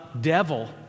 devil